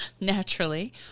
naturally